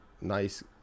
nice